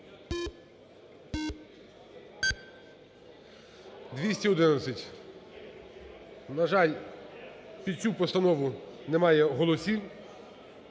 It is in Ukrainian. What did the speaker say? За-211 На жаль, пі цю постанову немає голосів,